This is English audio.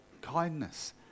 kindness